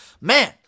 man